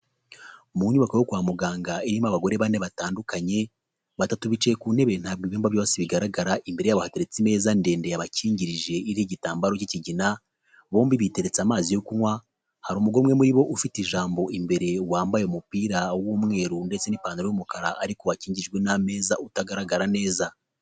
Mu nyubako yo kwa muganga irimo abagore bane batandukanye, batatu bicaye ku ntebe ntabwo ibyumba byose bigaragara, imbere yabo hateretse imeza ndende yabakingirije iriho igitambaro cy'ikigina, bombi biteretse amazi yo kunywa, hari umugore umwe muri bo ufite ijambo imbere wambaye umupira w'umweru ndetse n'ipantalo y'umukara ariko wakingirijwe n'ameza utagaragara neza.